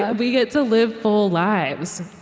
ah we get to live full lives.